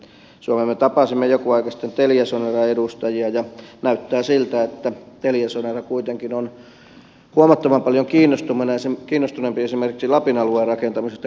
me tapasimme joku aika sitten teliasoneran edustajia ja näyttää siltä että teliasonera kuitenkin on huomattavan paljon kiinnostuneempi esimerkiksi lapin alueen rakentamisesta kuin muut operaattorit